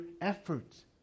efforts